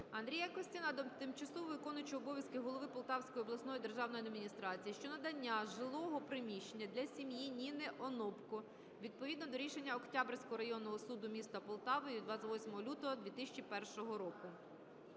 Андрія Костіна до тимчасово виконуючого обов'язки голови Полтавської обласної державної адміністрації щодо надання жилого приміщення для сім'ї Ніни Онопко, відповідно до рішення Октябрського районного суду міста Полтави від 28 лютого 2001 року.